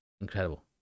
incredible